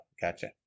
gotcha